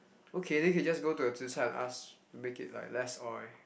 okay then you can just go to the zhichar and ask to make it like less oil